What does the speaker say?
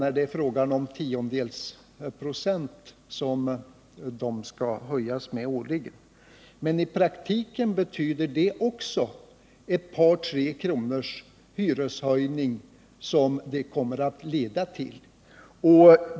När det är fråga om en tiondels procent kan den te sig rätt marginell. Men i praktiken innebär det en hyreshöjning på ett par tre kronor.